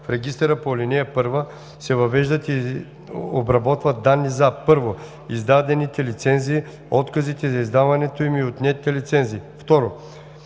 В регистъра по ал. 1 се въвеждат и обработват данни за: 1. издадените лицензи, отказите за издаването им и отнетите лицензи;